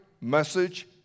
message